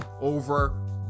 over